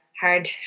hard